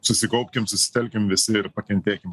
susikaupkim susitelkim visi ir pakentėkim